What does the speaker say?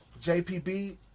jpb